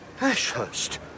Ashurst